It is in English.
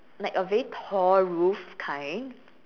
like a very tall roof kind